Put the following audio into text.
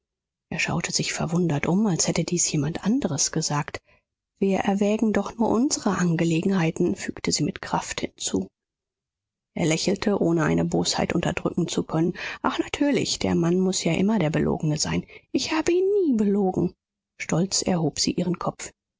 er schaute sich verwundert um als hätte dies jemand anderes gesagt wir erwägen doch nur unsere angelegenheit fügte sie mit kraft hinzu er lächelte ohne eine bosheit unterdrücken zu können ach natürlich der mann muß ja immer der belogene sein ich habe ihn nie belogen stolz erhob sie ihren kopf